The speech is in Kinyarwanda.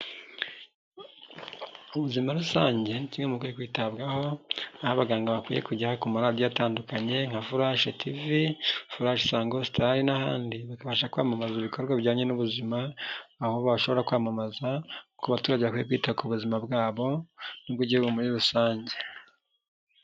Ubuzima rusange ni kimwe mukwiye kwitabwaho aho abaganga bakwiye kujya ku maradiyo atandukanye nka Flash tv, Isango star n'ahandi, bakabasha kwamamaza ibikorwa bijyanye n'ubuzima aho bashobora kwamamaza ku baturage bakwiye kwita ku buzima bwabo n'ubw'igihugu muri rusange.